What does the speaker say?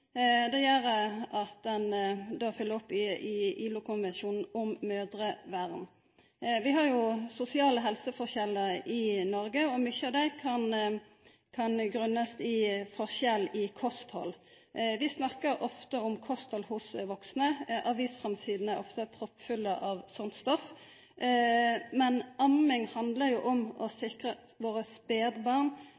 har sosiale helseforskjellar i Noreg, og mange av dei grunnar seg på forskjell i kosthald. Vi snakkar ofte om kosthald hos vaksne. Avisframsidene er ofte proppfulle av sånt stoff, men amming handlar jo om å